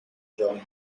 jogging